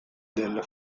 della